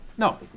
No